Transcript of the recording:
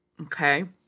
okay